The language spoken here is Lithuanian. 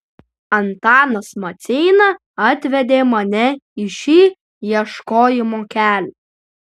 antanas maceina atvedė mane į šį ieškojimo kelią